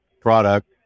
product